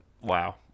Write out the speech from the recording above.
Wow